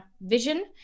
vision